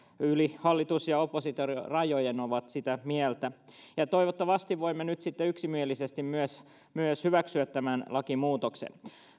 yli hallitus ja oppositiorajojen sitä mieltä toivottavasti voimme nyt yksimielisesti myös myös hyväksyä tämän lakimuutoksen